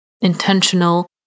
intentional